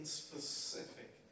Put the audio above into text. specific